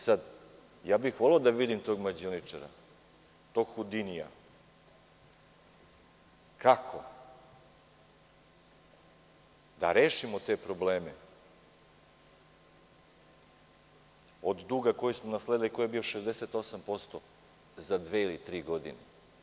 Sad, ja bih voleo da vidim tog mađioničara, tog Hudinija kako da rešimo te probleme od duga koji smo nasledili i koji je bio 68% za dve ili tri godine.